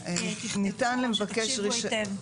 ותכתבו או שתקשיבו היטב.